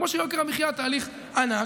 כמו שביוקר המחיה התהליך ענק,